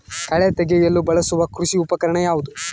ಕಳೆ ತೆಗೆಯಲು ಬಳಸುವ ಕೃಷಿ ಉಪಕರಣ ಯಾವುದು?